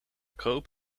kroop